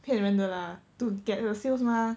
骗人的啦 to get the sales mah